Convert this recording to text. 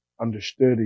understood